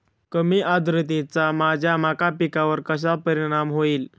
कमी आर्द्रतेचा माझ्या मका पिकावर कसा परिणाम होईल?